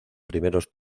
primeros